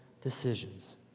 decisions